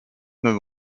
neuf